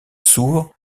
sourds